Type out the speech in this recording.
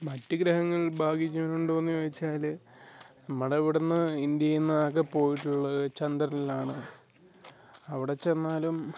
മറ്റു ഗ്രഹങ്ങൾ ഭാഗിച്ചിട്ടുണ്ടോ എന്ന് ചോദിച്ചാൽ നമ്മുടെ ഇവിടെ നിന്ന് ഇന്ത്യ ഒന്നാകെ പോയിട്ടുള്ളത് ചന്ദ്രനിലാണ് അവിടെ ചെന്നാലും